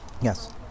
Yes